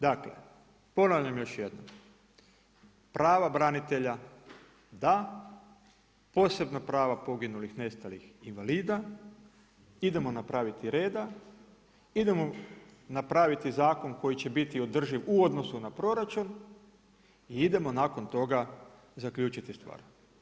Dakle, ponavljam još jednom, prava branitelja, da, posebna prava poginulih, nestalih, invalida, idemo napraviti reda, idemo napraviti zakon koji će biti održiv u odnosu na proračun i idemo nakon toga zaključiti stvar.